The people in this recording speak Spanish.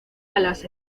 alas